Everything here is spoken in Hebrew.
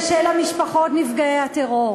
קשה למשפחות נפגעי הטרור.